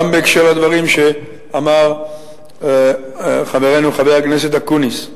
בהקשר של הדברים שאמר חברנו חבר הכנסת אקוניס,